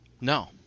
No